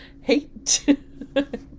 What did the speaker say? hate